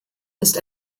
ist